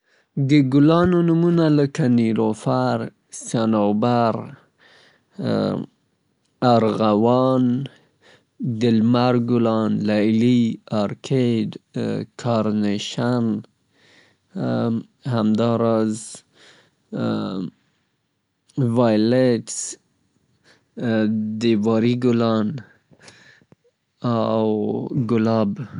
ونې خو مختلفې ونې دي لکه یو هغه ونې دي چي میوه لري لکه مڼه، زردالو، شفتالو، آلوبالو، توت، ګیلاس، بوهي او همدارنګه هغه ونې چې میوه نه لري لکه بلوط، چنار، سپیدار، بید او همداسې نورې.